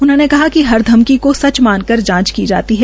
उन्होंने कहा कि हर धमकी को सच मानकर जांच की जाती है